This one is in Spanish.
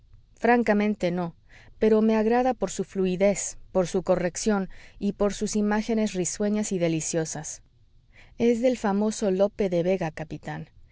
francamente no pero me agrada por su fluidez por su corrección y por sus imágenes risueñas y deliciosas es del famoso lope de vega capitán